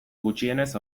gutxienez